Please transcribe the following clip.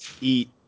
eat